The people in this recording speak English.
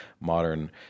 modern